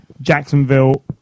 Jacksonville